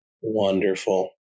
Wonderful